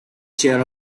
chair